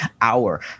hour